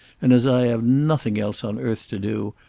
and as i have nothing else on earth to do,